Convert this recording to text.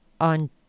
on